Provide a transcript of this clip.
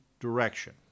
direction